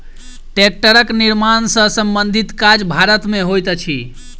टेक्टरक निर्माण सॅ संबंधित काज भारत मे होइत अछि